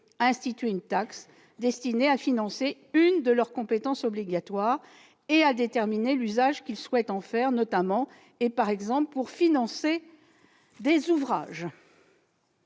à instituer une taxe destinée à financer une de leurs compétences obligatoires et à déterminer l'usage qu'ils souhaitent en faire, par exemple pour financer des ouvrages.